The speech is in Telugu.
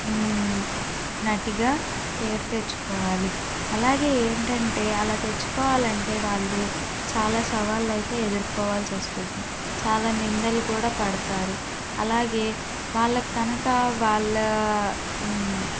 నటిగా పేరు తెచ్చుకోవాలి అలాగే ఏంటంటే ఆలా తెచ్చుకోవాలంటే వాళ్ళు చాలా సవాళ్ళయితే ఎదుర్కోవాల్సొస్తుంది చాలా నిందలు కూడా పడతారు అలాగే వాళ్ళకి కనుక వాళ్ళ